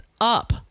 up